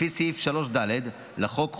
לפי סעיף 3(ד) לחוק,